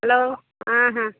hello ଆଁ ହାଁ